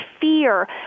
fear